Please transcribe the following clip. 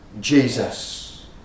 Jesus